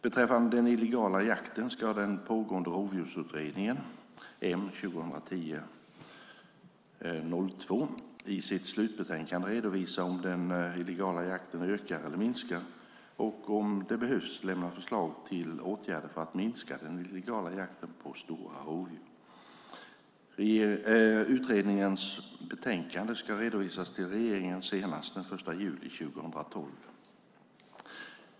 Beträffande den illegala jakten ska den pågående Rovdjursutredningen i sitt slutbetänkande redovisa om den illegala jakten ökar eller minskar och, om det behövs, lämna förslag till åtgärder för att minska den illegala jakten på stora rovdjur. Utredningens betänkande ska redovisas till regeringen senast den 1 juli 2012.